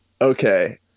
Okay